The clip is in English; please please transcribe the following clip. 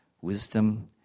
wisdom